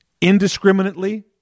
indiscriminately